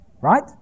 right